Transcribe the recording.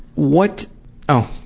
what oh,